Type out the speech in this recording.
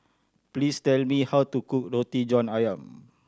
please tell me how to cook Roti John Ayam